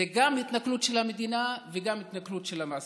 זו גם התנכלות של המדינה וגם התנכלות של המעסיק.